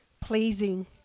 pleasing